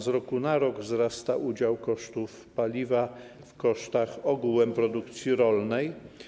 Z roku na rok wzrasta udział kosztów paliwa w kosztach ogółem produkcji rolnej.